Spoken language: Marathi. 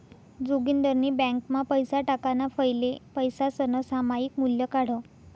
जोगिंदरनी ब्यांकमा पैसा टाकाणा फैले पैसासनं सामायिक मूल्य काढं